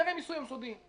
הסדרי המיסוי הם סודיים.